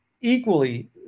equally